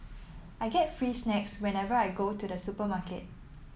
I get free snacks whenever I go to the supermarket